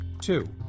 Two